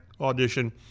audition